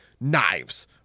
knives